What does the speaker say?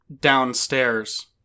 downstairs